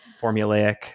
formulaic